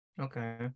Okay